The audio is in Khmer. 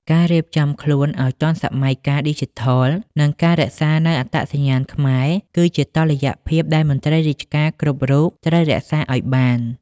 ការរៀបចំខ្លួនឱ្យទាន់សម័យកាលឌីជីថល និងការរក្សានូវអត្តសញ្ញាណខ្មែរ គឺជាតុល្យភាពដែលមន្ត្រីរាជការគ្រប់រូបត្រូវរក្សាឱ្យបាន។